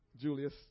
Julius